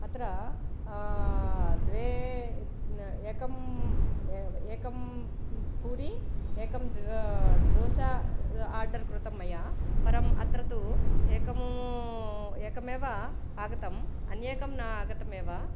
अत्र द्वे न् एकं एकं पूरी एकं द्वि दोसा आर्डर् कृतं मया परं अत्र तु एकं एकमेव आगतम् अन्येकं न आगतमेव